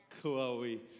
Chloe